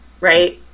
right